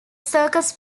circus